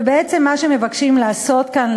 ובעצם מה שמבקשים לעשות כאן,